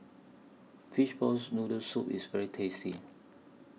Fishball's Noodle Soup IS very tasty